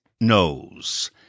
nose